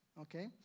okay